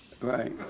right